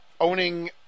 owning